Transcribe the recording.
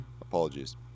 Apologies